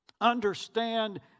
understand